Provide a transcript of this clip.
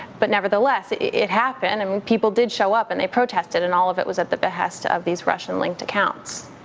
but nevertheless, it it happened, and people did show up, and they protested, and all of it was at the behest of these russian-linked accounts.